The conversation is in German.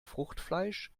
fruchtfleisch